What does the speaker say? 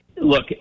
look